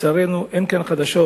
נראה לצערנו שאין כאן חדשות.